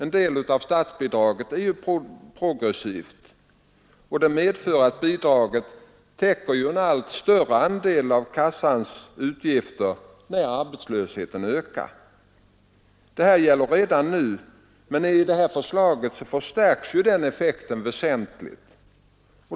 En del av statsbidraget är progressivt — det medför att bidraget täcker en allt större andel av kassans utgifter när arbetslösheten ökar. Detta gäller redan nu, men i förslaget förstärks den effekten väsentligt.